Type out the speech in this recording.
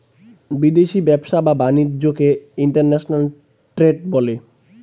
বিদেশি ব্যবসা বা বাণিজ্যকে ইন্টারন্যাশনাল ট্রেড বলে